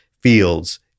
fields